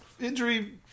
injury